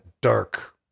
dark